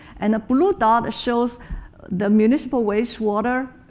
and the blue dot shows the municipal waste water,